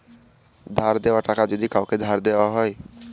ধার দেওয়া টাকা যদি কাওকে ধার দেওয়া হয়